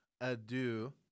ado